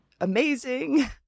amazing